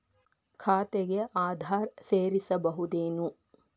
ಖಾತೆಗೆ ಆಧಾರ್ ಸೇರಿಸಬಹುದೇನೂ?